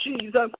Jesus